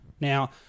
Now